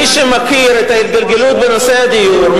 מי שמכיר את ההתגלגלות בנושא הדיור,